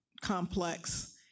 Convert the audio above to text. complex